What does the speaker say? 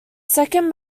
second